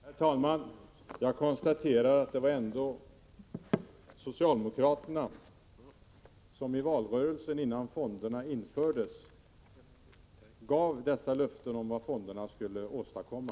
Herr talman! Jag konstaterar att det var socialdemokraterna som i valrörelsen innan fonderna infördes gav de löften jag nämnde om vad fonderna skulle åstadkomma.